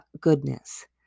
goodness